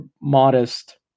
modest